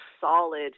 solid